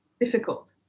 difficult